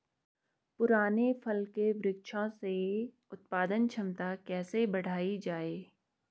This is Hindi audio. पुराने फल के वृक्षों से उत्पादन क्षमता कैसे बढ़ायी जाए?